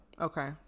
Okay